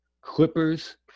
Clippers